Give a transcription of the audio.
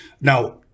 now